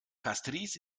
castries